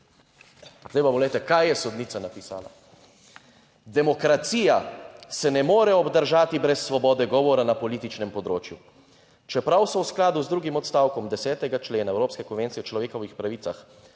Zdaj pa poglejte kaj je sodnica napisala? "Demokracija se ne more obdržati brez svobode govora na političnem področju. Čeprav so v skladu z drugim odstavkom 10. člena evropske konvencije o človekovih pravicah